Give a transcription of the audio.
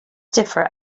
differ